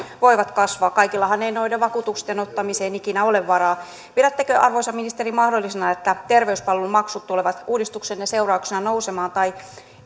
voivat kasvaa kaikillahan ei noiden vakuutusten ottamiseen ikinä ole varaa pidättekö arvoisa ministeri mahdollisena että terveyspalvelumaksut tulevat uudistuksenne seurauksena nousemaan tai